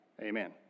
Amen